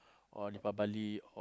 or Deepavali or